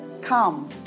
come